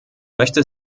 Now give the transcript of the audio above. möchte